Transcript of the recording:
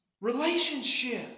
Relationship